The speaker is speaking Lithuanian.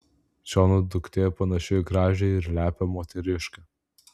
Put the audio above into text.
siono duktė panaši į gražią ir lepią moteriškę